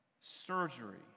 surgery